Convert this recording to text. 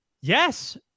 Yes